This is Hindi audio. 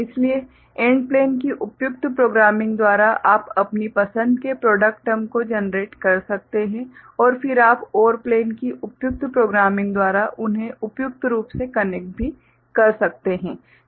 इसलिए AND प्लेन की उपयुक्त प्रोग्रामिंग द्वारा आप अपनी पसंद के प्रॉडक्ट टर्म को जनरेट कर सकते है और फिर आप OR प्लेन की उपयुक्त प्रोग्रामिंग द्वारा उन्हें उपयुक्त रूप से कनेक्ट भी कर सकते हैं